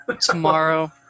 tomorrow